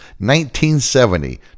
1970